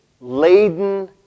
laden